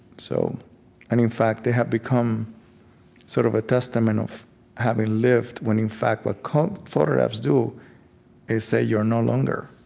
so and in fact, they have become sort of a testament of having lived, when in fact but what photographs do is say you're no longer